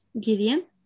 Gideon